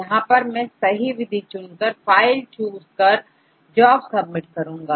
यहां पर मैं सही विधि चुनकर फाइल चूज़ कर जॉब सबमिट करूंगा